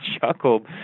chuckled